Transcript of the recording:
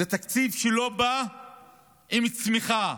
זה תקציב שלא בא עם צמיחה.